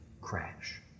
crash